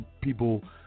people